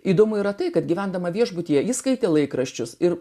įdomu yra tai kad gyvendama viešbutyje jis skaitė laikraščius ir